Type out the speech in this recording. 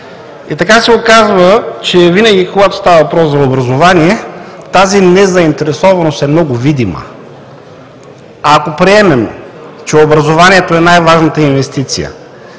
И така се оказва, че винаги, когато става въпрос за образование тази незаинтересованост е много видима. Ако приемем, че образованието е най-важната инвестиция,